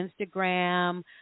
Instagram